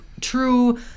true